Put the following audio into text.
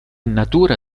natura